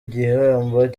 igihembo